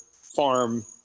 farm